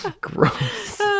gross